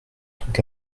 donc